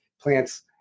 plants